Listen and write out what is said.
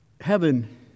Heaven